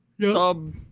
sub